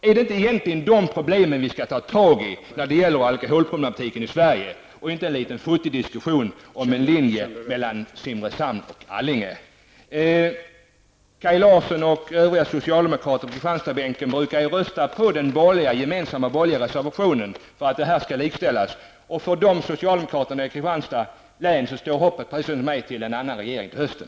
Är det inte dessa problem som vi borde ta itu med när det gäller alkoholproblematiken i Sverige, och inte en liten, futtig diskussion om en linje mellan Simrishamn och Allinge? Kristianstadsbänken brukar ju rösta för den gemensamma borgerliga reservationen om att den här linjen skall likställas. För dessa socialdemokrater från Kristianstads län står hoppet, precis som för mig, till en annan regering till hösten.